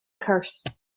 curse